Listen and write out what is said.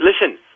Listen